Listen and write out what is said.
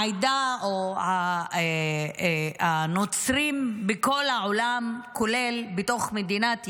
העדה, הנוצרים בכל העולם, כולל בתוך מדינת ישראל,